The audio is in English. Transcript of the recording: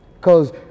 Cause